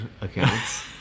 accounts